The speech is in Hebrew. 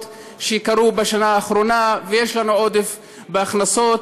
שקרו בשנה האחרונה ויש לנו עודף בהכנסות,